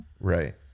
Right